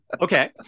Okay